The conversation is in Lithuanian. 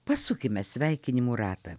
pasukime sveikinimų ratą